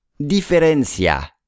Diferencia